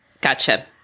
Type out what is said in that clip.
Gotcha